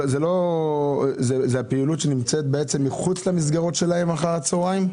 זאת הפעילות שנמצאת מחוץ למסגרות שלהם אחר הצהריים?